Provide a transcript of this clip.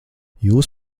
jūs